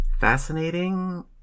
fascinating